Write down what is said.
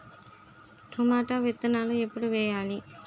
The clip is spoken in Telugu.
టొమాటో విత్తనాలు ఎప్పుడు వెయ్యాలి?